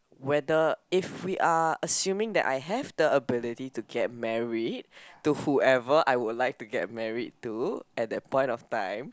whether if we are assuming that I have the ability to get married to whoever I would like to get married to at that point of time